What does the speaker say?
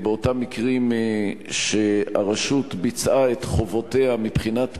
באותם מקרים שהרשות ביצעה את חובותיה מבחינת פיתוח,